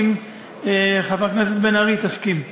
אם חברת הכנסת בן ארי תסכים.